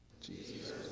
Jesus